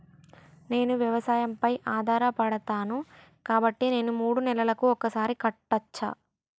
నేను వ్యవసాయం పై ఆధారపడతాను కాబట్టి నేను మూడు నెలలకు ఒక్కసారి కట్టచ్చా?